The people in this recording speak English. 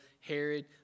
Herod